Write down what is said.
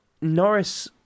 Norris